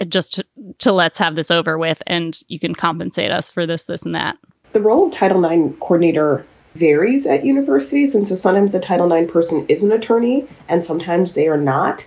it just to to let's have this over with and you can compensate us for this, this and that the role title nine coordinator varies at universities. and so sometimes the title nine person is an attorney and sometimes they are not.